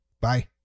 Bye